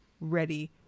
ready